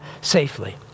safely